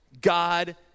God